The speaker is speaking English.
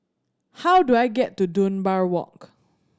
how do I get to Dunbar Walk